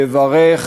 לברך,